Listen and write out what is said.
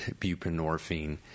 buprenorphine